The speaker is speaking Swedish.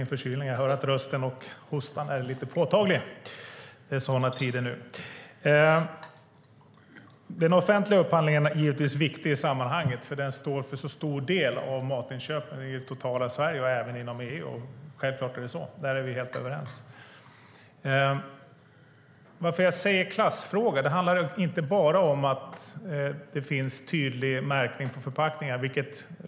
Fru talman! Den offentliga upphandlingen är givetvis viktig i sammanhanget, för den står för en stor del av matinköpen totalt i Sverige och inom EU. Självklart är det så - där är vi helt överens. Att jag säger klassfråga handlar inte bara om att det finns tydlig märkning på förpackningar.